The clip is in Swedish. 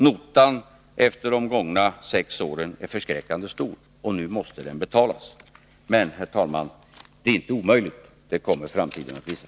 Notan efter de gångna sex åren är förskräckande stor och nu måste den betalas — men, herr talman, det är inte omöjligt, det kommer framtiden att visa.